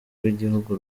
rw’igihugu